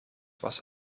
was